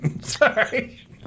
Sorry